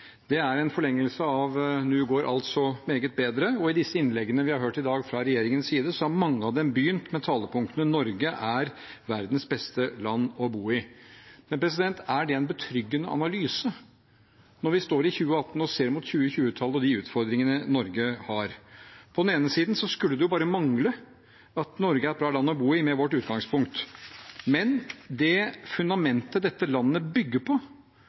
Det er en forlengelse av «nu går alt så meget bedre», og mange av innleggene vi har hørt i dag fra regjeringens side, har begynt med talepunkt om at Norge er verdens beste land å bo i. Men er det en betryggende analyse, når vi står i 2018 og ser mot 2020-tallet og de utfordringene Norge har? På den ene siden skulle det bare mangle at Norge er et bra land å bo i, med vårt utgangspunkt, men det fundamentet dette landet bygger på,